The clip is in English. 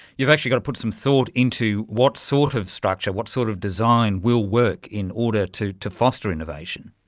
you've actually got to put some thought into what sort of structure, what sort of design will work in order to to foster innovation.